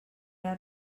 era